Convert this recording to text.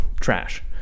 trash